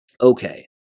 Okay